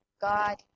God